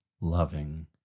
loving